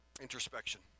Introspection